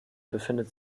befindet